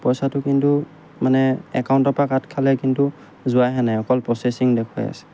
পইচাটো কিন্তু মানে একাউণ্টৰপৰা কাট খালে কিন্তু যোৱাহে নাই অকল প্ৰচেচিং দেখুৱাই আছে